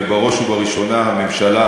ובראש ובראשונה הממשלה,